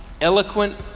eloquent